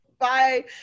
bye